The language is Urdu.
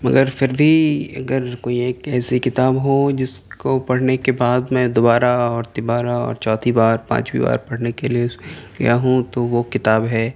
مگر پھر بھی اگر کوئی ایک ایسی کتاب ہو جس کو پڑھنے کے بعد میں دوبارہ اور تیبارہ اور چوتھی بار پانچویں بار پڑھنے کے لیے یاں ہوں